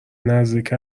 نزدیک